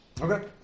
Okay